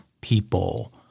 people